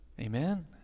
Amen